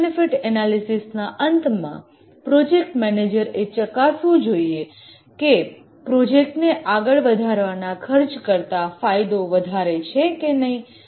cost benefit analysis ના અંતમાં project manager એ ચકાસવું જોઈએ કે પ્રોજેક્ટને આગળ વધારવાના ખર્ચ કરતા ફાયદા વધારે છે કે નહીં